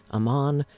amman,